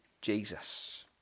Jesus